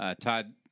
Todd